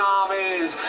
armies